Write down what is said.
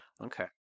Okay